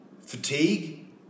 fatigue